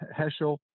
Heschel